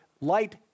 Light